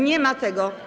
Nie ma tego.